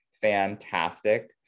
Fantastic